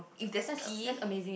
if there's pee